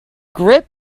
grip